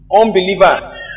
unbelievers